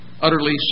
utterly